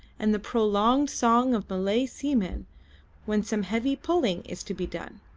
and the prolonged song of malay seamen when some heavy pulling is to be done.